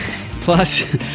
Plus